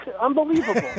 Unbelievable